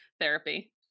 therapy